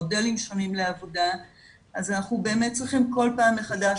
מודלים שונים לעבודה אז אנחנו באמת צריכים כל פעם מחדש